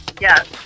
Yes